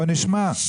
בואו נשמע.